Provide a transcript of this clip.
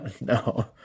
No